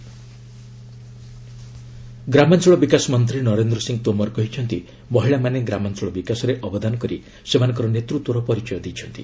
SHG award Tomar ଗ୍ରାମାଞ୍ଚଳ ବିକାଶମନ୍ତ୍ରୀ ନରେନ୍ଦ୍ର ସିଂ ତୋମର କହିଛନ୍ତି ମହିଳାମାନେ ଗ୍ରାମାଞ୍ଚଳ ବିକାଶରେ ଅବଦାନ କରି ସେମାନଙ୍କର ନେତୃତ୍ୱର ପରିଚୟ ଦେଇଛନ୍ତି